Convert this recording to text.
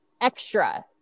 extra